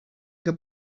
good